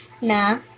Nah